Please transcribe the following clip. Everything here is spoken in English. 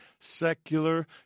secular